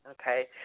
okay